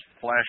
flash